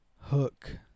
Hook